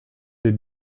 des